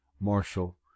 Marshall